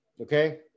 Okay